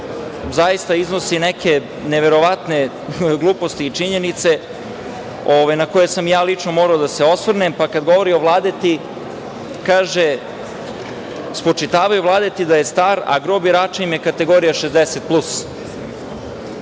zaista iznosi neke neverovatne gluposti i činjenice na koje sam lično morao da se osvrnem pa kad govori o Vladeti, spočitavaju Vladeti da je star, a gro birača im je kategorija 60